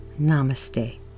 Namaste